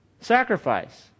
sacrifice